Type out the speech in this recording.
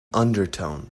undertone